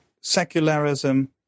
Secularism